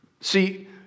see